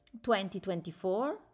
2024